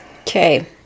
Okay